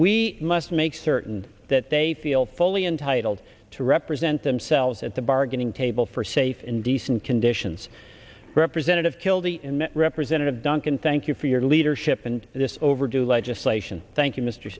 we must make certain that they feel fully entitled to represent themselves at the bargaining table for safe in decent conditions representative kildee in met representative duncan thank you for your leadership and this overdue legislation thank